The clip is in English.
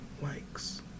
likes